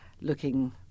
looking